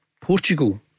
Portugal